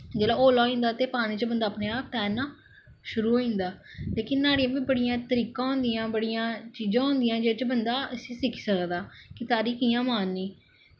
जिसलै होला होई जंदा ते पानी बिच्च बंदा अपने आप तैरना शुरू होई जंदा लेकिन नोहाड़ियां बी बड़ियां तरीकां होंदियां बड़ियां चीजां होंदियां जेह्दे च बंदा इस्सी सिक्खी सकदा कि तारी कि'यां मारनी